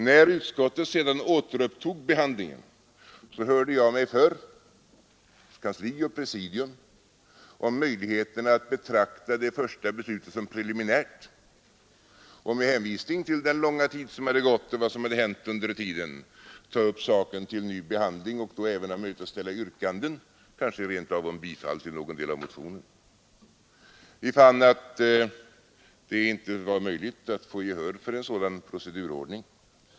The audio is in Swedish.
När utskottet sedan återupptog behandlingen hörde jag mig för hos kansli och presidium om möjligheterna att betrakta det första beslutet som preliminärt och, med hänvisning till den långa tid som gått och vad som hänt under tiden, ta upp saken till ny behandling och då även ha möjlighet att framställa yrkanden, kanske rent av om bifall till någon del av motionen. Vi fann att det inte gick att få gehör för en sådan procedur.